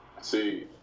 See